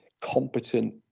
competent